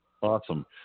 Awesome